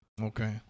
Okay